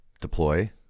deploy